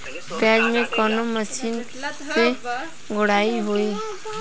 प्याज में कवने मशीन से गुड़ाई होई?